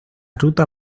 ruta